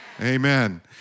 Amen